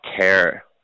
care